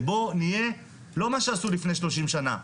בוא נהיה לא מה שעשו לפני שלושים שנה,